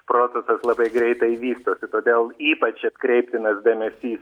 procesas labai greitai vystosi todėl ypač atkreiptinas dėmesys